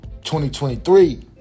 2023